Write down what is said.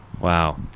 Wow